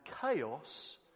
chaos